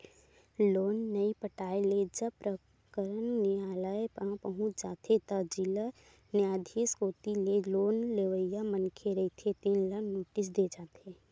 loan नइ पटाए ले जब प्रकरन नियालय म पहुंच जाथे त जिला न्यायधीस कोती ले लोन लेवइया मनखे रहिथे तेन ल नोटिस दे जाथे